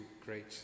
Great